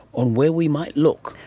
on where we might look.